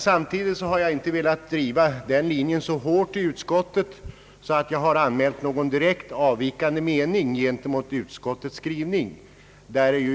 Samtidigt har jag dock inte velat driva den linjen så hårt i utskottet att jag anmält någon direkt avvikande mening gentemot utskottets skrivning.